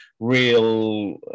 real